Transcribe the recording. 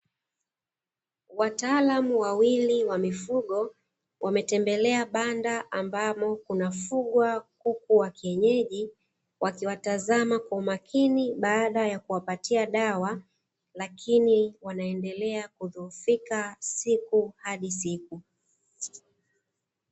Wataalamu wawili wa mifugo, wametembelea banda ambamo kunafugwa kuku wa kienyeji, wakiwatazama kwa umakini baada ya kuwapatia dawa, lakini wanaendelea kudhoofika siku hadi siku.